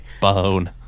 bone